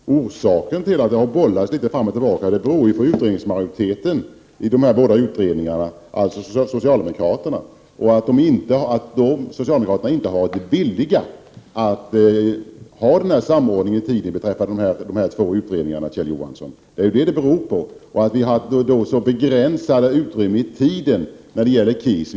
Herr talman! Anledningen till att frågorna har bollats fram och tillbaka är att utredningsmajoriteten i de båda utredningarna, alltså socialdemokraterna, inte har varit villiga att göra denna samordning i tiden, Kjell Johansson. Det är vad det beror på. Vi hade ett så begränsat tidsutrymme i KIS.